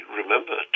remember